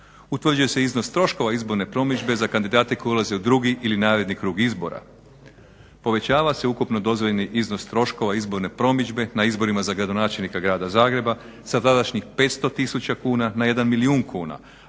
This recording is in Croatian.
Utvrđuje se i iznos troškova izborne promidžbe za kandidate koji ulaze u drugi ili naredni krug izbora. Povećava se ukupno dozvoljeni iznos troškova izborne promidžbe na izborima za gradonačelnika grada Zagreba sa tadašnjih 500000 kuna na jedan milijun kuna,